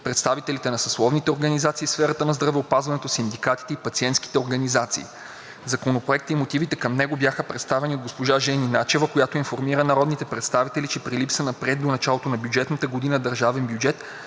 представители на съсловните организации в сферата на здравеопазването, синдикатите и на пациентските организации. Законопроектът и мотивите към него бяха представени от госпожа Жени Начева, която информира народните представители, че при липсата на приет до началото на бюджетната година държавен бюджет,